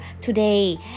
today